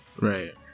right